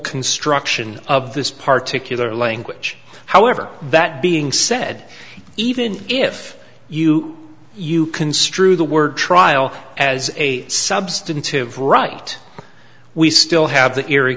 construction of this particularly language however that being said even if you you construe the word trial as a substantive right we still have that eerie